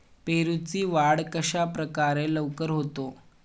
पेरूची वाढ कशाप्रकारे लवकर होते?